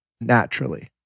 naturally